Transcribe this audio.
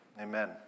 Amen